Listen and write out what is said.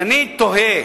ואני תוהה,